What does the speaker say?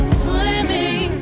swimming